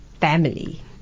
family